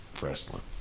wrestling